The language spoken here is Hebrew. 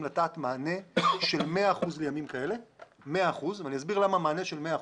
לתת מענה של 100 אחוזים לימים כאלה ואני אסביר למה מענה של 100 אחוזים.